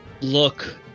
look